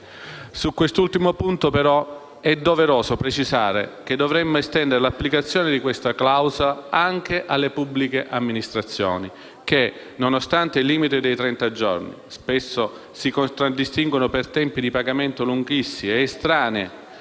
Su quest'ultimo punto è doveroso precisare che dovremmo estendere l'applicazione di questa clausola anche alle pubbliche amministrazioni che, nonostante il limite di trenta giorni, spesso si contraddistinguono per tempi di pagamento estremamente